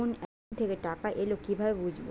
কোন একাউন্ট থেকে টাকা এল কিভাবে বুঝব?